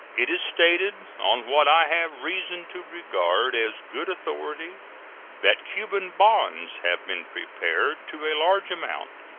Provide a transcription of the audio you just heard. it is stated on what i have reason to regard as good authority that cuban bonds have been prepared to a large amount,